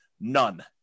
None